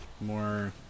more